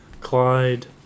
Clyde